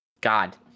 God